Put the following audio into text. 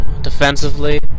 defensively